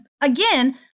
again